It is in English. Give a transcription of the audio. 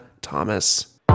Thomas